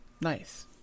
Nice